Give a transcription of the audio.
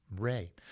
Ray